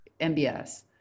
MBS